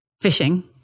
fishing